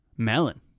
melon